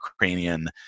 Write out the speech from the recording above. Ukrainian